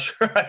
sure